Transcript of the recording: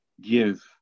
give